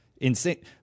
insane